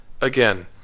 again